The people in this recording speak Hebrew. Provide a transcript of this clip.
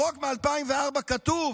בחוק מ-2004 כתוב